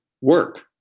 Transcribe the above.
work